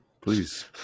Please